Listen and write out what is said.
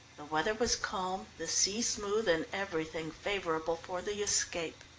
the weather was calm, the sea smooth, and everything favourable for the escape.